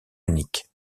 unique